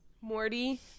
morty